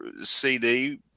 CD